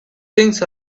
things